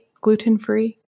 gluten-free